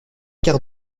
quarts